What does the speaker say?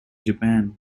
japan